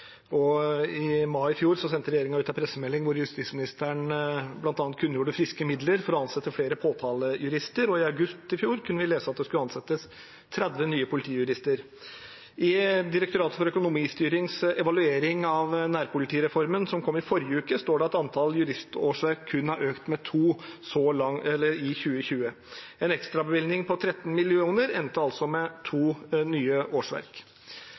og styrkes. I mai i fjor sendte regjeringen ut en pressemelding hvor justisministeren bl.a. kunngjorde friske midler for å ansette flere påtalejurister. I august i fjor kunne vi lese at det skulle ansettes 30 nye politijurister. I Direktoratet for økonomistyrings evaluering av nærpolitireformen som kom i forrige uke, står det at antall juristårsverk kun har økt med to i 2020. En ekstrabevilgning på 13 mill. kr endte altså med to nye årsverk.